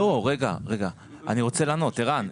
ערן,